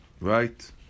Right